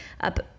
up